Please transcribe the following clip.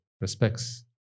respects